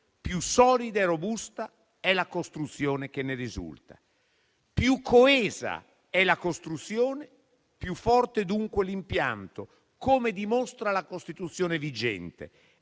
più solida e robusta è la costruzione che ne risulta. Più coesa è la costruzione, più forte, dunque, l'impianto. Ciò dimostra la Costituzione vigente,